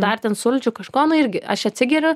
dar ten sulčių kažko nu irgi aš atsigeriu